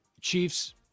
Chiefs